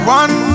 one